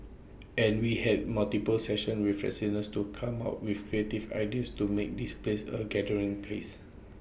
and we had multiple sessions with residents to come up with creative ideas to make this place A gathering place